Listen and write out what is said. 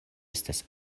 estas